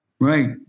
Right